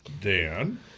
Dan